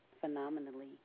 phenomenally